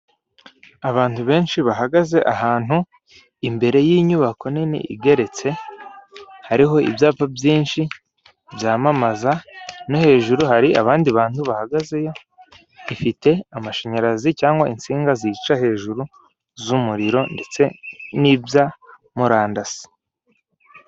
Abantu benshi bahagaze ahantu , imbere y' inyubako Nini igeretse, hariho ibyapa byinshi byamamaza, no hejuru hari abandi bantu bahagazeyo, ifite amashamyarazi cyangwa insinga z' iyica hejuru z' umuriro ndetse n' ibya murandasi.